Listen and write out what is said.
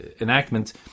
enactment